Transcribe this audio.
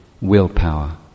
willpower